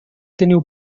teniu